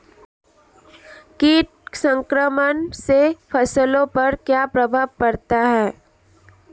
कीट संक्रमण से फसलों पर क्या प्रभाव पड़ता है?